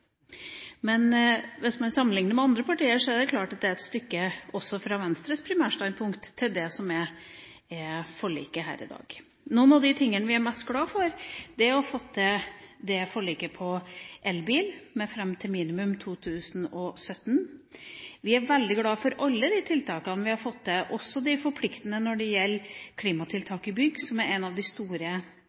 Men hvis man sammenlikner med andre partier, er det klart at det er et stykke – også fra Venstres primærstandpunkt – til det som er forliket her i dag. Noe av det vi er mest glade for, er å ha fått til forliket om elbil – fram til minimum 2017. Vi er veldig glade for alle de tiltakene vi har fått til, også de forpliktende når det gjelder klimatiltak i bygg, som er en av de store